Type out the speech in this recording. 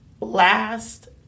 last